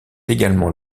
également